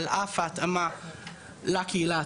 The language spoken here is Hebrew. על אף ההתאמה לקהילה הטרנסית.